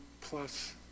plus